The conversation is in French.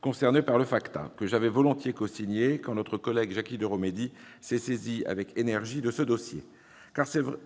concernés par le FATCA, que j'ai volontiers cosignée. Notre collègue Jacky Deromedi s'est saisie avec énergie de ce dossier.